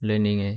learning eh